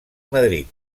madrid